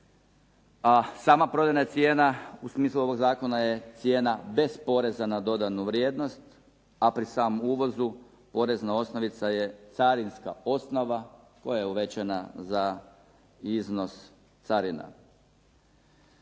A sama prodajna cijena u smislu ovog zakona je cijena bez poreza na dodanu vrijednost, a pri samom uvozu porezna osnovica je carinska osnova koja je uvećana za iznos carina.